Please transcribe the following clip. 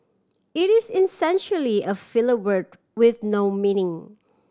it is essentially a filler word with no meaning